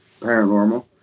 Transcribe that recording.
Paranormal